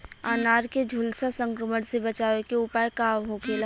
अनार के झुलसा संक्रमण से बचावे के उपाय का होखेला?